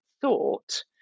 thought